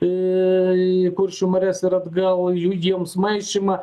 į kuršių marias ir atgal jų jiems maišymą